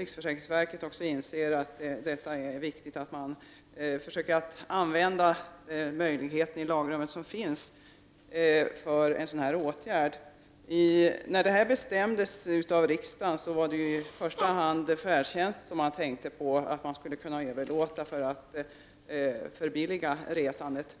riksförsäkringsverket inser att det är viktigt att man försöker att använda den möjlighet som lagen ger för en sådan här åtgärd. När det här beslutet fattades i riksdagen var det i första hand färdtjänsten man tänkte sig att man skulle kunna överlämna i privat regi för att förbilliga resandet.